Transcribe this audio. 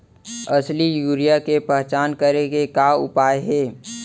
असली यूरिया के पहचान करे के का उपाय हे?